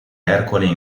ercole